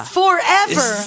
forever